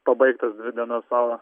pabaigt tas dvi dienas sava